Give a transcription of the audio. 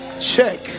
check